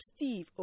Steve